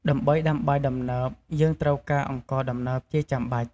ដើម្បីដាំបាយដំណើប យើងត្រូវការអង្ករដំណើបជាចាំបាច់។